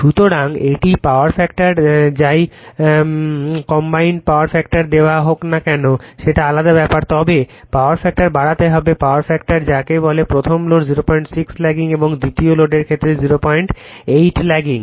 সুতরাং এটি power factor যাই কম্বাইন্ড পাওয়ার ফ্যাক্টর দেওয়া হোক না কেন সেটা আলাদা ব্যাপার তবে পাওয়ার ফ্যাক্টর বাড়াতে হবে পাওয়ার ফ্যাক্টরে যাকে বলে প্রথম লোড 06 ল্যাগিং এবং দ্বিতীয় লোডের ক্ষেত্রেও 08 ল্যাগিং